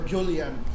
Julian